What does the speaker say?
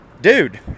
dude